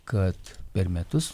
kad per metus